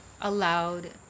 allowed